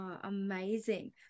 Amazing